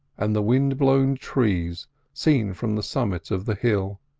and the wind-blown trees seen from the summit of the hill